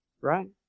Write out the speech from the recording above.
Right